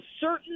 certain